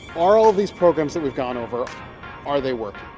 are all of these programs that we've gone over are they working?